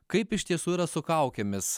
kaip iš tiesų yra su kaukėmis